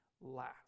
last